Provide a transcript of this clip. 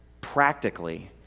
practically